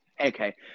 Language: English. Okay